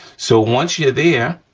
so once you're there,